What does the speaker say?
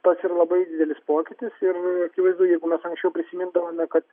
tas ir labai didelis pokytis ir akivaizdu jeigu mes aišku prisimindavome kad